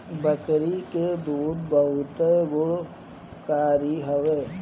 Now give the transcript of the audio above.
बकरी के दूध बहुते गुणकारी हवे